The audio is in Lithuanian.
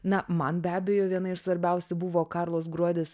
na man be abejo viena iš svarbiausių buvo karlos gruodis